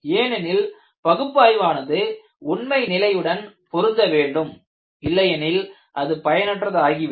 ஏனெனில் பகுப்பாய்வானது உண்மையான நிலையுடன் பொருந்த வேண்டும் இல்லையெனில் அது பயனற்றதாகிவிடும்